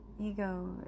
ego